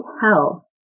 tell